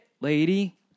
lady